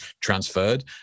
transferred